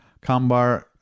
Kambar